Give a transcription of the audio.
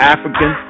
African